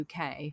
uk